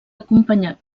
acompanyat